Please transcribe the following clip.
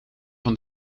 van